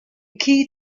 key